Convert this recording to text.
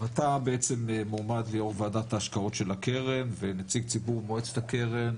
אתה בעצם מועמד ליו"ר ועדת ההשקעות של הקרן ונציג ציבור מועצת הקרן.